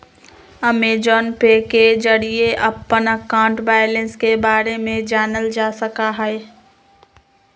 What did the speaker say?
Amazon pay के जरिए अपन अकाउंट बैलेंस के बारे में जानल जा सका हई